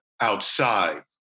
outside